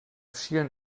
schielen